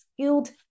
skilled